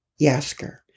Yasker